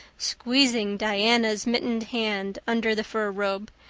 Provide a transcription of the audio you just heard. squeezing diana's mittened hand under the fur robe,